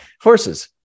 horses